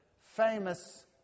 famous